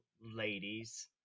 ladies